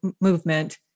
movement